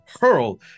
hurl